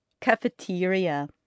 Cafeteria